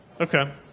Okay